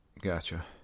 Gotcha